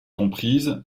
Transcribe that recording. comprise